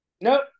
Nope